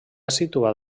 situat